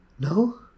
No